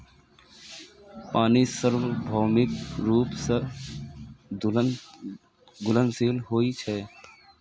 पानि सार्वभौमिक रूप सं घुलनशील होइ छै